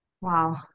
wow